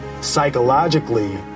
psychologically